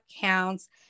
counts